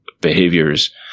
behaviors